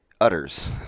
Utters